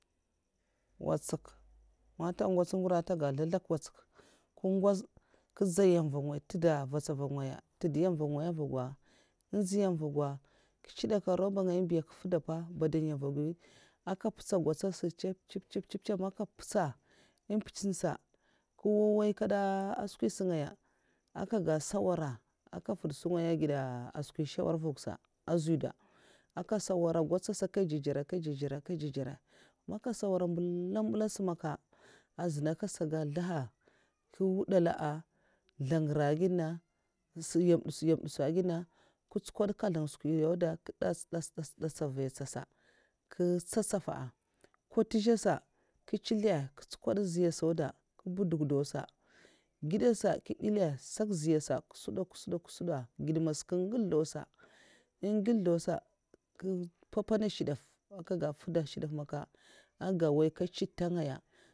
Nwatsak ma ntè'ngwots, ngura'a ntè ga nzlè nzlèk, nwatsak! Nga ngwoz nkè ga mvts vugh ngaya' g ndza nyèm mvug ngaya. ntid nyèm nvug'ngaya au vwugwa nki tsèɗak nomba shdaf ngaya biya'a mbèdam nyèm mvuwgwa ngaya ava'aka mpètsa ngwots sa mpèts mpèts a man nkè mpètsa sa nkr n'woy kèda a a skwi sa ngaya aka ga nsawara aka mfuda nsungaya an skwi nsawara nvuwgwa sa a nzwida'a n'kè nsawara ngwots sa nkè djè djèra ɓxman nka nsawara mbèla mbèla sa azina nkè saga nzlègaha nku nwudala a nzlèngra èh gèd na nyèm ndus èh gèd na nku stukwad nkèzlanga skwiya'n'auda nku ntsukwad nkèzlan nɗèts'vèyèts sa nkè ntsa ntsafa nkwatizhè sa nku ntsilzè a ntsukuwad nziya sa auda nku mpgukwaduada'sa ngidè sa ntsizlè a nshèk nziya sa nkè nsuduwak n auda sa nkè mpèna shdaf nkè gè n'woynka ntsita ngaya ta